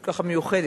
ככה מיוחדת.